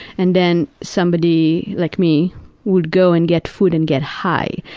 and then somebody like me would go and get food and get high.